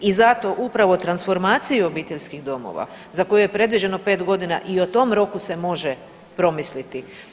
I zato upravo transformaciju obiteljskih domova za koje je predviđeno pet godina i o tom roku se može promisliti.